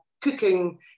cooking